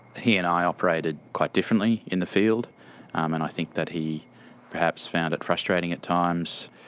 he and i operated quite differently in the field and i think that he perhaps found it frustrating at times,